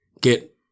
get